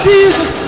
Jesus